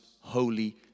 holy